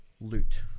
loot